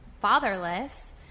fatherless